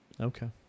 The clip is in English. Okay